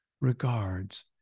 regards